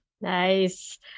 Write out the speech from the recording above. Nice